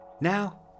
Now